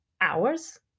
hours